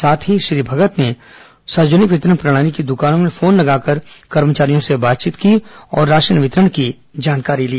साथ ही श्री भगत ने सार्वजनिक वितरण प्रणाली की दुकानों में फोन लगाकर कर्मचारियों से बातचीत की और राशन वितरण की जानकारी ली